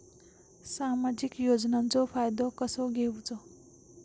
सामाजिक योजनांचो फायदो कसो घेवचो?